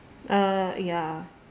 uh ya